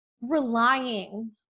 relying